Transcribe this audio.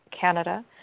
Canada